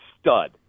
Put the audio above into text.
stud